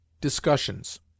DISCUSSIONS